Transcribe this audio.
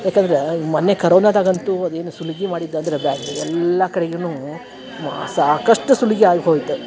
ಯಾಕಂದ್ರ ಈ ಮೊನ್ನೆ ಕರೋನಾದಗಂತೂ ಅದೇನು ಸುಲಿಗೆ ಮಾಡಿದ ಅಂದರೆ ಬ್ಯಾರೆ ಎಲ್ಲ ಕಡೆಗಿನೂ ಮ ಸಾಕಷ್ಟು ಸುಲಿಗೆ ಆಯ್ ಹೊಯ್ತು